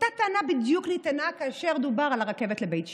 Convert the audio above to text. אותה טענה בדיוק נטענה כאשר דובר על הרכבת לבית שאן.